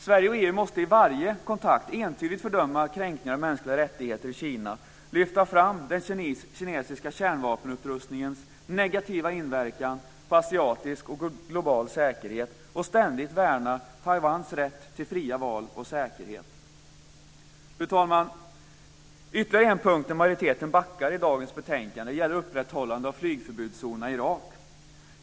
Sverige och EU måste i varje kontakt entydigt fördöma kränkningar av mänskliga rättigheter i Kina, lyfta fram den kinesiska kärnvapenupprustningens negativa inverkan på asiatisk och global säkerhet och ständigt värna Taiwans rätt till fria val och säkerhet. Fru talman! Ytterligare en punkt där majoriteten backar i dagens betänkande gäller upprätthållandet av flygförbudszonerna i Irak.